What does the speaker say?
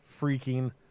freaking